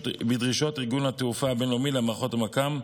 בדרישות ארגון התעופה הבין-לאומי למערכות מכ"ם,